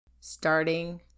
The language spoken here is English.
Starting